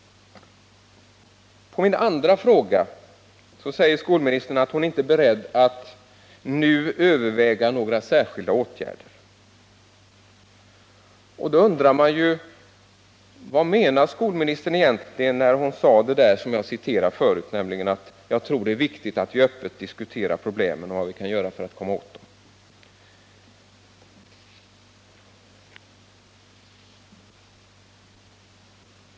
På min andra fråga svarar skolministern att hon inte är beredd att nu överväga några särskilda åtgärder. Då undrar man ju: Vad menade skolministern egentligen när hon sade det som jag citerade förut: Jag tror det är viktigt att vi öppet diskuterar problemen och vad vi kan göra för att komma åt dem.